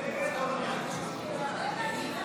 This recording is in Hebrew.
החוקים שלכם, גם אנחנו, אנחנו נגד, לא הבנתי.